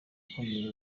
ukomeye